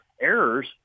errors